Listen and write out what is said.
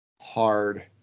hard